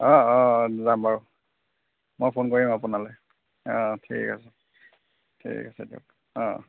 অঁ অঁ অঁ যাম বাৰু মই ফোন কৰিম আপোনালৈ অঁ ঠিক আছে ঠিক আছে দিয়ক অঁ